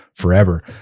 forever